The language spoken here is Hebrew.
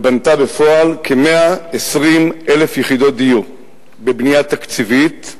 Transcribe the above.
ובנתה בפועל כ-120,000 יחידות דיור בבנייה תקציבית.